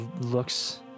looks